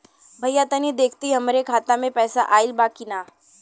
भईया तनि देखती हमरे खाता मे पैसा आईल बा की ना?